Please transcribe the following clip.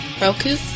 Roku